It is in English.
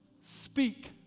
speak